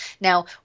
now